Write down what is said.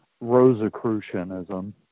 Rosicrucianism